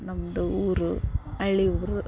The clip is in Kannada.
ನಮ್ಮದು ಊರು ಹಳ್ಳಿ ಊರು